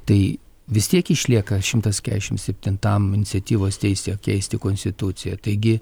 tai vis tiek išlieka šimtas kedešim septintam iniciatyvos teisė keisti konstituciją taigi